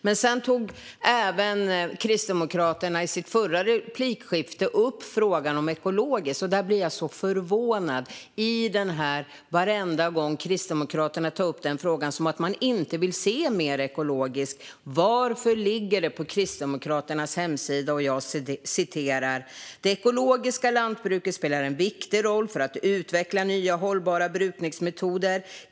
I ett tidigare replikskifte tog Kristdemokraterna upp frågan om ekologiskt jordbruk, och där blir jag förvånad. Varenda gång Kristdemokraterna tar upp den frågan är det som att man inte vill se mer ekologiskt, men då undrar jag varför följande ligger på Kristdemokraternas hemsida: "Det ekologiska lantbruket spelar en viktig roll för att utveckla nya hållbara brukningsmetoder.